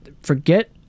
Forget